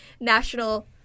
national